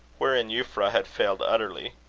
wherein euphra had failed utterly.